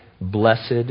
Blessed